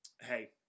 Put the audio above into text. hey